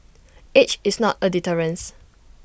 age is not A deterrence